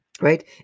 Right